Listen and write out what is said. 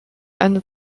eine